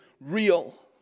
real